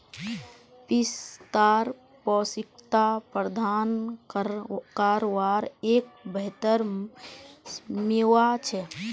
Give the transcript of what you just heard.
पिस्ता पौष्टिकता प्रदान कारवार एक बेहतर मेवा छे